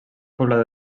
poblada